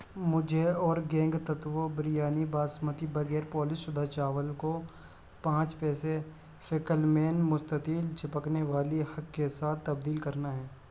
مجھے اورگینگ تتوو بریانی باسمتی بغیر پالش شدہ چاول کو پانچ پیسے فیکلمین مستطیل چپکنے والی ہک کے ساتھ تبدیل کرنا ہے